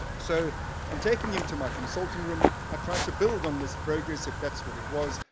so i'm taking him to my consulting-room, i tried to build on this progress, if that's what it was,